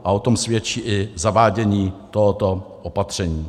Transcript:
A o tom svědčí i zavádění tohoto opatření.